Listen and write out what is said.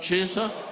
Jesus